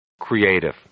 creative